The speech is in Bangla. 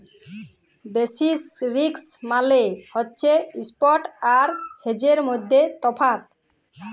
বেসিস রিস্ক মালে হছে ইস্প্ট আর হেজের মইধ্যে তফাৎ